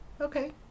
Okay